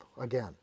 again